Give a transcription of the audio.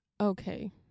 okay